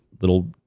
little